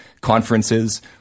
conferences